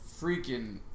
freaking